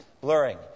blurring